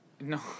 No